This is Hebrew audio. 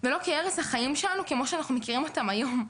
ולא כהרס החיים שלנו כמו שאנחנו מכירים אותם היום,